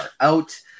out